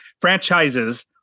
franchises